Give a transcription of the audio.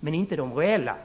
men inte de reella.